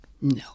No